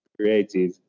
creative